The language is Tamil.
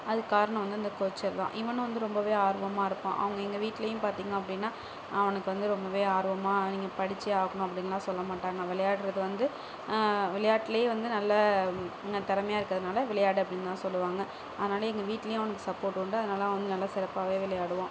அதுக்கு காரணம் வந்து அந்த கோச்சர் தான் இவனும் வந்து ரொம்பவே ஆர்வமாக இருப்பான் அவங்க எங்கள் வீட்டுலேயும் பார்த்திங்க அப்படின்னா நான் உனக்கு வந்து ரொம்பவே ஆர்வமாக நீங்கள் படித்தே ஆகணும் அப்படின்லான் சொல்ல மாட்டாங்க விளையாடுறது வந்து விளையாட்டுலேயே வந்து நல்ல திறமையா இருக்கிறதுனால விளையாடு அப்படின்தான் சொல்லுவாங்க அதனாலலேயே எங்கள் வீட்டுலேயும் அவனுக்கு சப்போர்ட் உண்டு அதனால் அவன் வந்து சிறப்பாகவே விளையாடுவான்